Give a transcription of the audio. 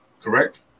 correct